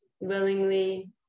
willingly